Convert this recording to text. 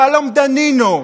שלום דנינו,